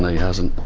hasn't.